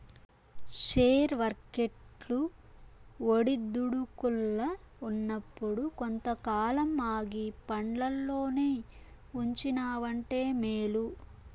share వర్కెట్లు ఒడిదుడుకుల్ల ఉన్నప్పుడు కొంతకాలం ఆగి పండ్లల్లోనే ఉంచినావంటే మేలు